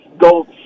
go